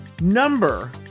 number